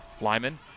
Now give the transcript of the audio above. Lyman